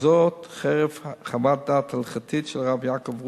וזאת חרף חוות דעת הלכתית של הרב יעקב רוז'ה,